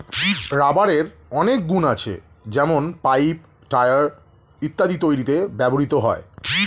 রাবারের অনেক গুন আছে যেমন পাইপ, টায়র ইত্যাদি তৈরিতে ব্যবহৃত হয়